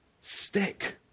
Stick